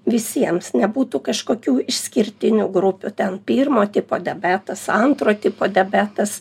visiems nebūtų kažkokių išskirtinių grupių ten pirmo tipo diabetas antro tipo diabetas